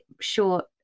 short